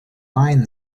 mine